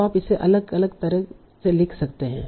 तो आप इसे अलग अलग तरह से लिख सकते हैं